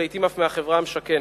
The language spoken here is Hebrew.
ולעתים אף מהחברה המשכנת.